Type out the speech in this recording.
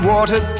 Water